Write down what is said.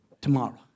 tomorrow